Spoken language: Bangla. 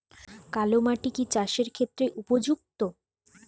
কালো মাটি কি চাষের ক্ষেত্রে উপযুক্ত?